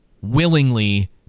willingly